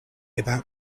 about